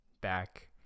back